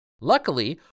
Luckily